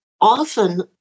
often